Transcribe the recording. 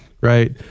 right